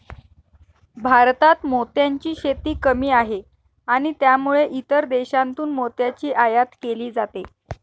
भारतात मोत्यांची शेती कमी आहे आणि त्यामुळे इतर देशांतून मोत्यांची आयात केली जाते